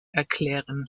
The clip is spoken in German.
erklären